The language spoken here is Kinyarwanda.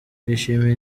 twishimiye